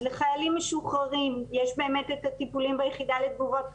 אז לחיילים משוחררים יש באמת את הטיפולים ב"יחידה לתגובות קרב",